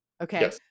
okay